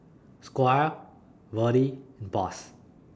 Squire Verdie and Boss